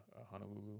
Honolulu